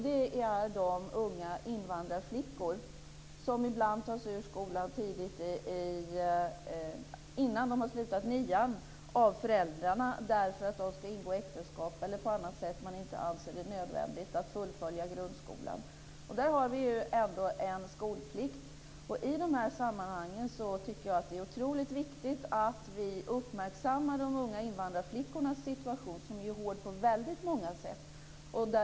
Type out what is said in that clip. Det är de unga invandrarflickor som ibland tas ur skolan tidigt av föräldrarna, innan de har slutat nian, därför att de ska ingå äktenskap eller därför att man på annat sätt inte alls anser det nödvändigt att de fullföljer grundskolan. Där har vi ändå en skolplikt. I de här sammanhangen tycker jag att det är otroligt viktigt att vi uppmärksammar de unga invandrarflickornas situation, som är hård på väldigt många sätt.